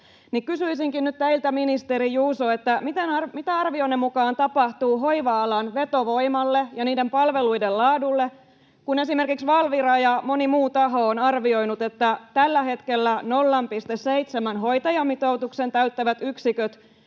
Kysyisinkin nyt teiltä, ministeri Juuso: mitä arvionne mukaan tapahtuu hoiva-alan vetovoimalle ja palveluiden laadulle, kun esimerkiksi Valvira ja moni muu taho ovat arvioineet, että tällä hetkellä 0,7:n hoitajamitoituksen täyttävät yksiköt